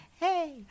Hey